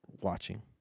watching